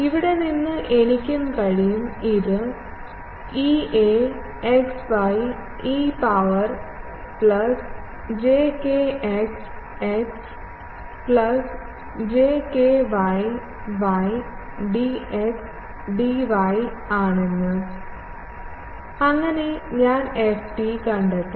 ഇവിടെ നിന്ന് എനിക്കും കഴിയും ഇത് Ea e power plus j kx x plus j ky y dxdy ആണെന്ന് അങ്ങനെ ഞാൻ ft കണ്ടെത്താം